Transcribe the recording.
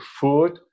food